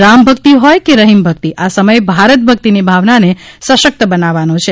રામભક્તિ હોય કે રહિમ ભક્તિ આ સમય ભારત ભક્તિની ભાવનાને સશક્ત બનાવવાનો છે